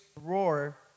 roar